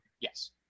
Yes